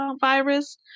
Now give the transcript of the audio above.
virus